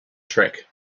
trick